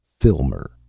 Filmer